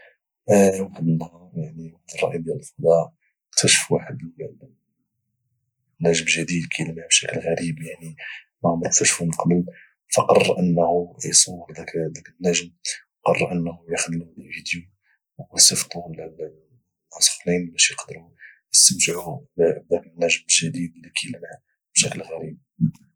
واحد النهار واحد الرائد ديال الفضاء اكتشفوا واحد واحد النجم جديد اللي ما اللي ما عمر اكتشفه من قبل فقر انه يصور لك النجم قرري يصور فيديو ويصيفطه الناس اخرين باش يقدروا يستمتعوا بذاك النجم الجديد اللي لبان بشكل غريب